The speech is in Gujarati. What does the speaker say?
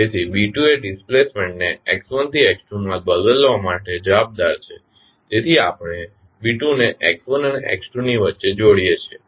તેથી B2 એ ડિસ્પ્લેસમેન્ટને x1 થી x2 માં બદલવા માટે જવાબદાર છે તેથી આપણે B2 ને x1 અને x2 ની વચ્ચે જોડીએ છીએ